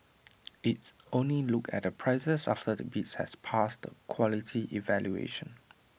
IT only looked at the prices after the bids had passed the quality evaluation